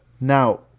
Now